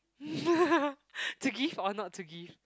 to give or not to give